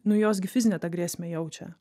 nu jos gi fizinę tą grėsmę jaučia